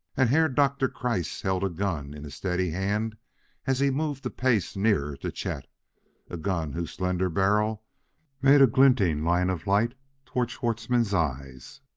and herr doktor kreiss held a gun in a steady hand as he moved a pace nearer to chet a gun whose slender barrel made a glinting line of light toward schwartzmann's eyes.